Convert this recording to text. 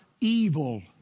evil